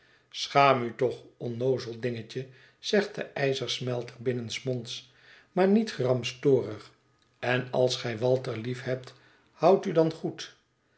schaam u toch onnoozel dingetje zegt de ijzersmelter binnensmonds maarniet gramstorig en als gij walter liefhebt houd u dan goed